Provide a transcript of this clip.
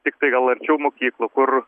tiktai gal arčiau mokyklų kur